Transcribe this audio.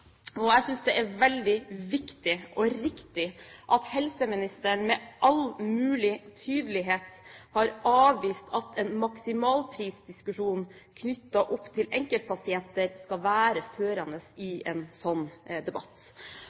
samme. Jeg synes det er veldig viktig og riktig at helseministeren med all mulig tydelighet har avvist at en «maksimalprisdiskusjon» knyttet opp til enkeltpasienter skal være førende i en slik debatt.